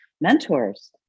mentors